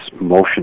motion